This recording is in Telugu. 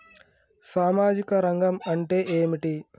సామాజిక రంగం అంటే ఏమిటి?